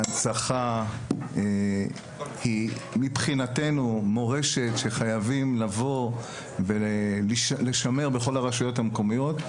ההנצחה היא מבחינתנו מורשת שחייבים לבוא ולשמר בכל הרשויות המקומיות.